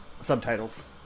subtitles